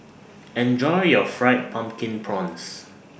Enjoy your Fried Pumpkin Prawns